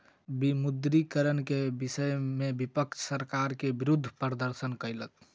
विमुद्रीकरण के विषय में विपक्ष सरकार के विरुद्ध प्रदर्शन कयलक